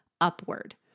upward